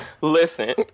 Listen